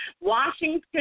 Washington